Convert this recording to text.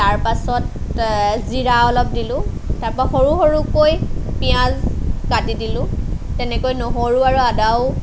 তাৰপাছত জিৰা অলপ দিলোঁ তাৰপৰা সৰু সৰুকৈ পিঁয়াজ কাটি দিলোঁ তেনেকৈ নহৰু আৰু আদাও